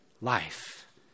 life